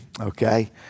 okay